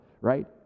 right